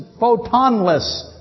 photonless